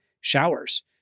showers